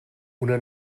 una